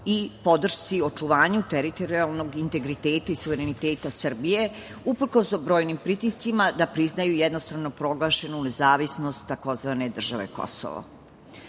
i podršci očuvanju teritorijalnog integriteta i suvereniteta Srbije, uprkos brojnim pritiscima da priznaju jednostrano proglašenu nezavisnost tzv. države Kosovo. Srbija